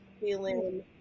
feeling